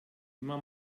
immer